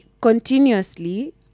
continuously